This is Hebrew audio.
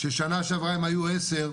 ששנה שעברה הן היו עשר,